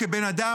כבן אדם,